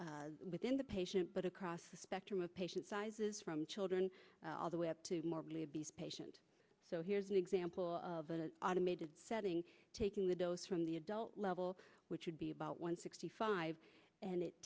across within the patient but across the spectrum of patient sizes from children all the way up to morbidly obese patient so here's an example of the automated setting taking the dose from the adult level which would be about one sixty five and it